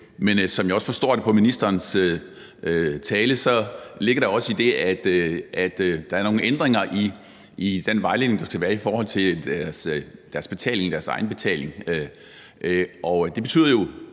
Men som jeg også forstår på ministerens tale, ligger der også det i det, at der er nogle ændringer i den vejledning, der skal være om deres egenbetaling. Det betyder jo,